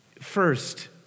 First